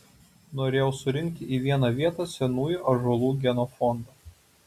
norėjau surinkti į vieną vietą senųjų ąžuolų genofondą